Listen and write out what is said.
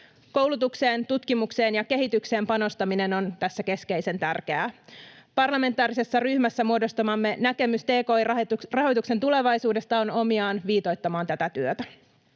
Koulutukseen, tutkimukseen ja kehitykseen panostaminen on tässä keskeisen tärkeää. Parlamentaarisessa ryhmässä muodostamamme näkemys tki-rahoituksen tulevaisuudesta on omiaan viitoittamaan tätä työtä.